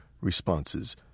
responses